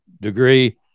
degree